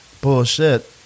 Bullshit